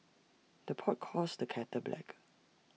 the pot calls the kettle black